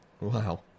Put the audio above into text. Wow